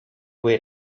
wait